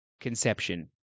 conception